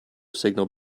signal